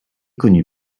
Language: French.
connu